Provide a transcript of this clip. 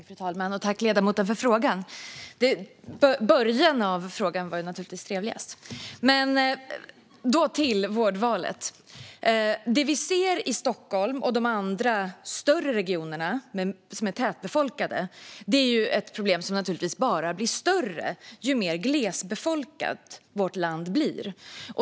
Fru talman! Jag tackar ledamoten för frågan. Början av frågan var naturligtvis trevligast. Men då till vårdvalet: Det vi ser i Stockholm och de andra större regionerna som är tätbefolkade är ett problem som naturligtvis bara blir större ju mer glesbefolkat vårt land blir.